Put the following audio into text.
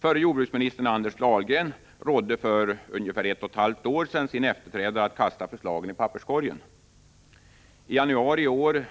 Förre jordbruksministern Anders Dahlgren rådde för ett och ett halvt år sedan sin efterträdare att kasta förslagen i papperskorgen. I januari i år